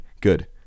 Good